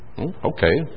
Okay